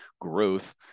Growth